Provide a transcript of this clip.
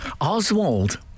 Oswald